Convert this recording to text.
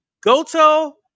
Goto